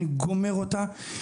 אני גומר אותה,